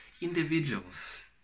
individuals